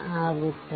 ಆಗುತ್ತದೆ